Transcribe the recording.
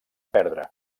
perdre